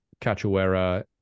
Cachuera